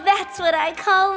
that's what i call